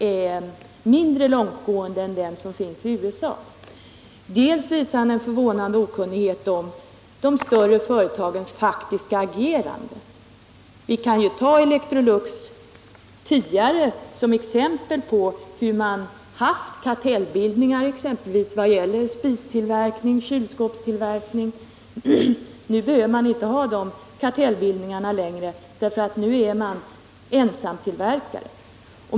är mindre långtgående än den som gäller i USA , dels om de större företagens faktiska agerande. Låt mig som exempel nämna Electrolux, som haft kartellbildningar bl.a. vad gäller spisoch kylskåpstillverkning. Nu behöver företaget dock inte ha dessa kartellbildningar längre, eftersom det är ensamtillverkare.